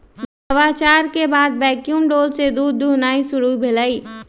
नवाचार के बाद वैक्यूम डोल से दूध दुहनाई शुरु भेलइ